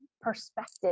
perspective